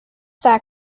that